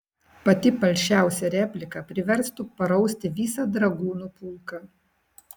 pati palšiausia replika priverstų parausti visą dragūnų pulką